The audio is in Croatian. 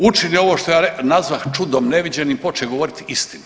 Učinih ovo što ja nazvah čudom neviđenim, počeo je govoriti istinu.